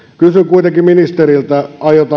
kuitenkin ministeriltä aiotaanko näihin